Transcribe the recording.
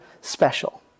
special